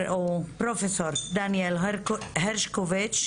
שפרופ' דניאל הרשקוביץ,